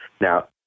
Now